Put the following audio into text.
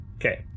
Okay